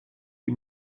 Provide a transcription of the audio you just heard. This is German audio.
ihm